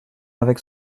avec